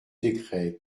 décrets